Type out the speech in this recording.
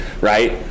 right